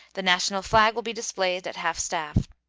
the national flag will be displayed at half-staff.